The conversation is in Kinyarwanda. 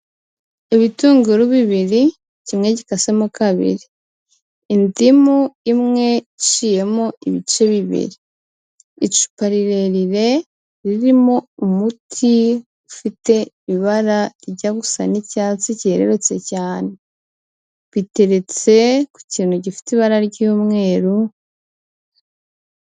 Ibitunguru bibiri, kimwe gikasemo kabiri, indimu imwe iciyemo ibice bibiri, icupa rirerire ririmo umuti ufite ibara rijya gusa n'icyatsi cyerurutse cyane, biteretse ku kintu gifite ibara ry'umweru...